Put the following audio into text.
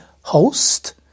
host